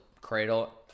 cradle